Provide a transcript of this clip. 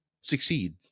succeed